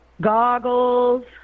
goggles